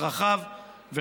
צרכיו,